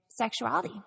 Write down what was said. sexuality